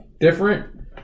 different